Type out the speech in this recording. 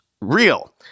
real